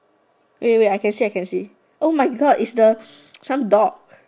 wait wait I can see I can see my God is the some dog